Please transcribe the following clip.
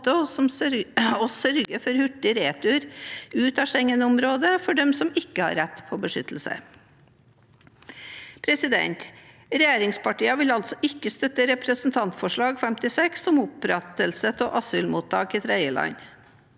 og sørge for hurtig retur ut av Schengen-området for dem som ikke har rett på beskyttelse. Regjeringspartiene vil altså ikke støtte Dokument 8:56 om opprettelse av asylmottak i tredjeland.